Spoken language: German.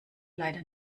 leider